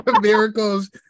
Miracles